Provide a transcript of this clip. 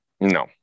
no